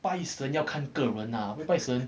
拜神要看个人啦会拜神